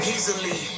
Easily